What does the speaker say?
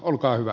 olkaa hyvä